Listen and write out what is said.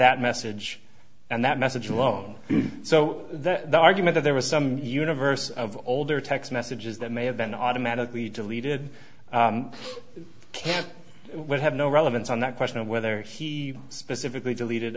that message and that message alone so that the argument that there was some universe of older text messages that may have been automatically deleted would have no relevance on that question of whether he specifically deleted